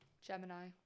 Gemini